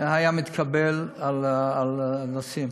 היה מתקבל על נושאים